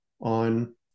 on